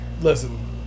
Listen